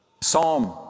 Psalm